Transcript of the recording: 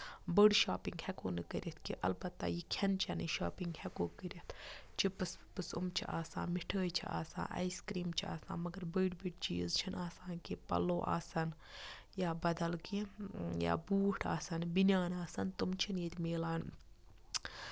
بٔڑ شاپِنگ ہٮ۪کو نہٕ کٔرِتھ کینٛہہ البتہ یہِ کھٮ۪ن چینٕچ شاپِنگ ہٮ۪کَو کٔرِتھ چٕپٕس وِپٕس یِم چھِ آسان مِٹھٲے چھِ آسان آیس کریٖم چھِ آسان مَگر بٔڑۍ بٔڑۍ چیٖز چھِنہٕ آسان کینٛہہ پَلو آسن یا بَدل کیٚنہہ یا بوٗٹھ آسن بِنیان آسن تِم چھِنہٕ ییٚتہِ مِلان